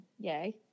Yay